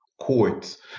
courts